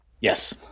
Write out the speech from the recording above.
Yes